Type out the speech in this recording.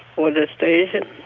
for the station.